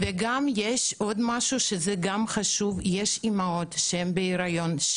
יש עוד משהו חשוב, יש אימהות בהריון.